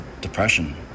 depression